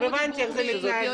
הבנתי איך זה מתנהל.